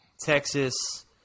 Texas